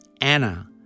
Anna